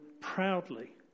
proudly